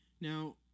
Now